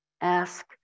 Ask